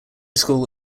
school